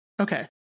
Okay